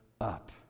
up